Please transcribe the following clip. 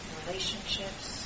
relationships